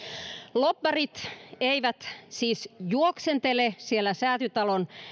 lobbarit eivät siis juoksentele säätytalon